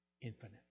infinite